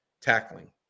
tackling